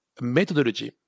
methodology